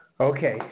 Okay